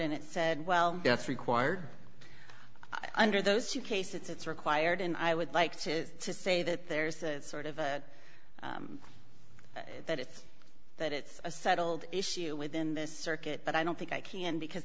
and it said well that's required i under those you case it's required and i would like to is to say that there's a sort of a that it's that it's a settled issue within the circuit but i don't think i can because